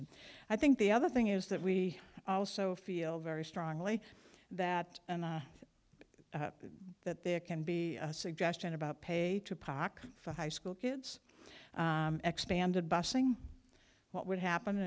been i think the other thing is that we also feel very strongly that and that there can be a suggestion about pay to poc for high school kids expanded bussing what would happen